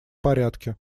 порядке